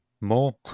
more